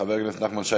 חבר הכנסת נחמן שי,